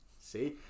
See